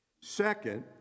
Second